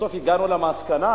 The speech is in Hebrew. בסוף הגענו למסקנה: